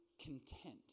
content